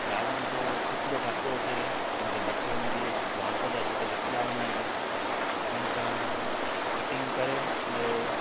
रावण जो पुतलो ठातोसीं जेके लकड़नि जे वास जे जेके लकड़ा हूंदा आहिनि उनसां कटिंग करे उनजो